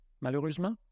Malheureusement